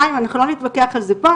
חיים, אנחנו לא נתווכח על זה פה.